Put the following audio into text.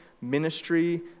ministry